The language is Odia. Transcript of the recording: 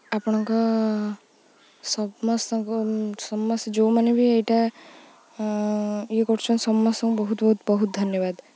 ଆପଣଙ୍କ ସମସ୍ତଙ୍କୁ ସମସ୍ତେ ଯେଉଁମାନେ ବି ଏଇଟା ଇଏ କରୁଛନ୍ତି ସମସ୍ତଙ୍କୁ ବହୁତ ବହୁତ ବହୁତ ଧନ୍ୟବାଦ